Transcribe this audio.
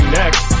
next